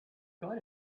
got